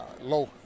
Low